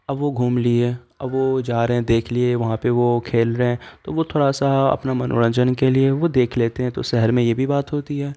اب وہ گھوم لیے اب وہ جا رہے ہیں دیکھ لیے وہاں پہ وہ کھیل رہے ہیں تو وہ تھوڑا سا اپنا منورنجن کے لیے وہ دیکھ لیتے ہیں تو شہر میں یہ بھی بات ہوتی ہے